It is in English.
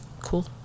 Cool